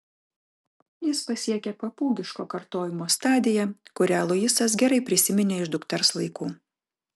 jis pasiekė papūgiško kartojimo stadiją kurią luisas gerai prisiminė iš dukters laikų